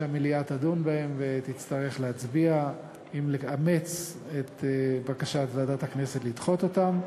המליאה תדון בהן ותצטרך להצביע אם לאמץ את בקשת ועדת הכנסת לדחות אותן.